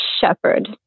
shepherd